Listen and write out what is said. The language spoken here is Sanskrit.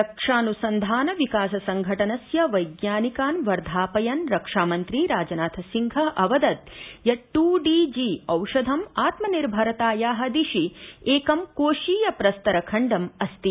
रक्षा न्संधान विकास संघटनस्य वैज्ञानिकान् वर्धापयन् रक्षा मंत्री राजनाथ सिंहः अवदत् यत् टू डी जी औषधं आत्मनिर्भरताया दिशि एकं कोषीयप्रस्तरखण्डम् अस्ति